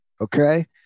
okay